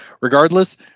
regardless